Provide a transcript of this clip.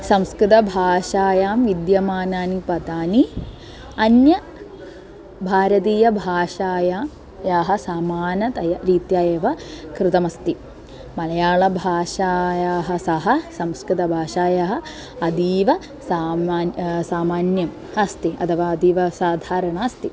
संस्कृतभाषायां विद्यमानानि पदानि अन्य भारतीयभाषायाः याः समानतया रीत्या एव कृतमस्ति मलयालभाषायाः सह संस्कृतभाषायाः अतीव सामानं सामान्यम् अस्ति अथवा अतीव साधारणा अस्ति